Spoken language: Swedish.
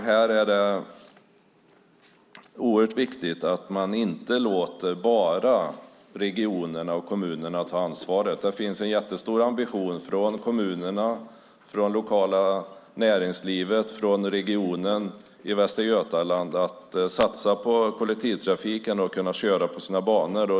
Här är det oerhört viktigt att man inte låter bara regionerna och kommunerna ta ansvaret. Det finns en jättestor ambition från kommunerna, från det lokala näringslivet och från regionen i Västra Götaland när det gäller att satsa på kollektivtrafiken och att man ska kunna köra på sina banor.